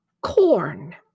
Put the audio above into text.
corn